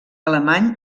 alemany